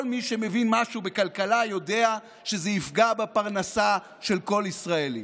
כל מי שמבין משהו בכלכלה יודע שזה יפגע בפרנסה של כל ישראלי.